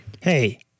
Hey